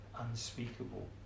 unspeakable